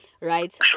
right